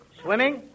Swimming